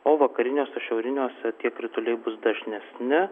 o vakariniuose šiauriniuose tie krituliai bus dažnesni